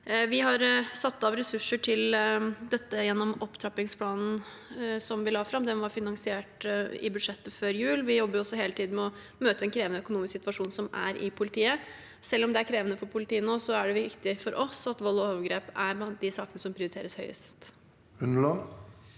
Vi har satt av ressurser til dette gjennom opptrappingsplanen som vi la fram. Den var finansiert i budsjettet før jul. Vi jobber også hele tiden med å møte en krevende økonomisk situasjon i politiet. Selv om det er krevende for politiet nå, er det viktig for oss at vold og overgrep er blant de sakene som prioriteres høyest.